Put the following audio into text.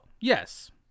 Yes